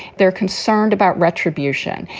they're concerned about retribution.